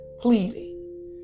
pleading